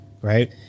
right